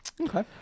Okay